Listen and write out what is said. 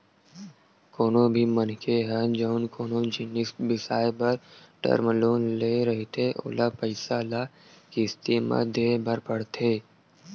कोनो भी मनखे ह जउन कोनो जिनिस बिसाए बर टर्म लोन ले रहिथे ओला पइसा ल किस्ती म देय बर परथे